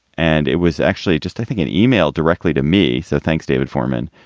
and it was actually just, i think, an email directly to me. so thanks, david forman.